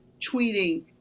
tweeting